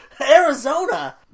arizona